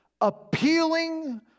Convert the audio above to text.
appealing